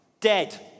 dead